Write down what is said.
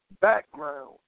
background